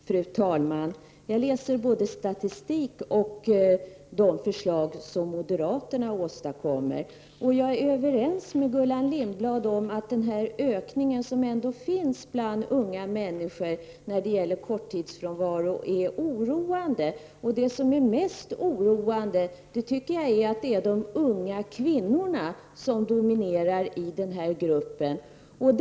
Fru talman! Jag läser både statistik och de förslag som moderaterna åstadkommer. Jag är överens med Gullan Lindblad om att ökningen av korttidsfrånvaron hos unga är oroande. Det som är mest oroande tycker jag är att det är de unga kvinnorna som dominerar i den här gruppen.